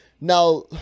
Now